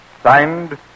Signed